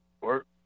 Work